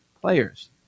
players